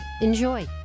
Enjoy